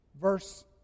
Verse